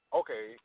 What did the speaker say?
okay